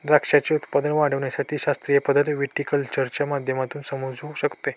द्राक्षाचे उत्पादन वाढविण्याची शास्त्रीय पद्धत व्हिटीकल्चरच्या माध्यमातून समजू शकते